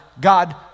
God